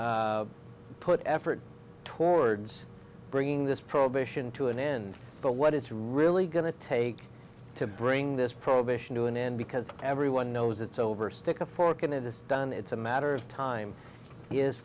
and put effort towards bringing this prohibition to an end but what it's really going to take to bring this prohibition to an end because everyone knows it's over stick a fork in it it's done it's a matter of time is